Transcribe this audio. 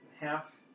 half